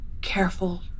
Careful